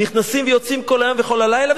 שנכנסים ויוצאים כל היום וכל הלילה,